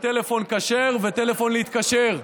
בטלפון כשר וטלפון להתקשר.